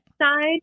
side